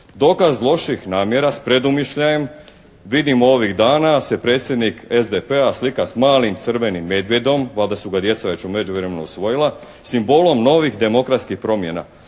Dokaz loših namjera s predumišljajem vidimo ovih dana se predsjednik SDP-a slika s malim crvenim medvjedom, valjda su ga djeca već u međuvremenu usvojila, simbolom novih demokratskih promjena.